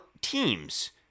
teams